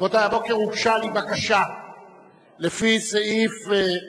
רבותי, הבוקר הוגשה לי בקשה לפי סעיף 30(א)